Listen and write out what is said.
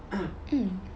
mm